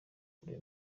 kure